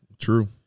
True